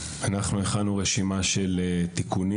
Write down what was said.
אנחנו הכנו רשימה של תיקונים.